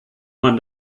man